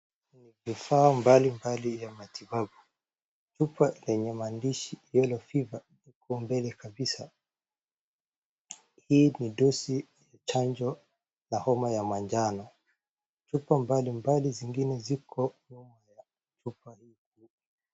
Ni kifaa mbali mbali ya matibabu chupa lenye maadhishi iliyofika huko mbele kabisa, hii ni dosi chanjo la homa ya manjano, chupa mbalimbali zingine ziko nyuma ya chupa hii.